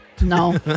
no